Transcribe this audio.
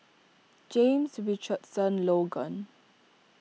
James Richardson Logan